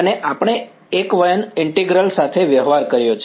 અને આપણે એકવચન ઇન્ટિગ્રલ્સ સાથે વ્યવહાર કર્યો છે